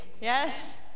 yes